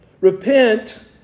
Repent